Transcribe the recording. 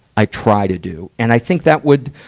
i try to do. and i think that would,